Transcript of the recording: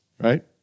right